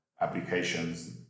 applications